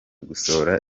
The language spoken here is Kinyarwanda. gusohora